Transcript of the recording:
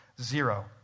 zero